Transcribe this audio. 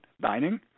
dining